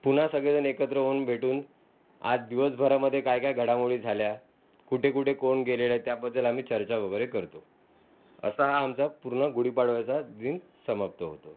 पुन्हा सगळेजण एकत्र होऊन भेटून आज दिवसभरामध्ये काय काय घडामोडी झाल्या कुठे कुठे कोण गेले नाहीत त्याबद्दल आम्ही चर्चा वगैरे करतो असा हा आमचा पूर्ण गुढीपाडव्याचा दिन समाप्त होतो